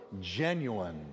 genuine